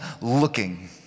looking